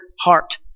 heart